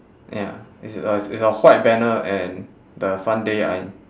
ya it's a it's a white banner and the fun day I'm